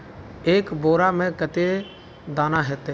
एक बोड़ा में कते दाना ऐते?